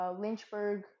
lynchburg